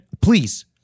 please